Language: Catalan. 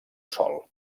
sol